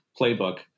playbook